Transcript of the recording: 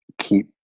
keep